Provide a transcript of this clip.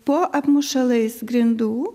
po apmušalais grindų